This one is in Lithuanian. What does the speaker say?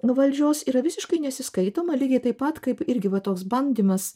valdžios yra visiškai nesiskaitoma lygiai taip pat kaip irgi va toks bandymas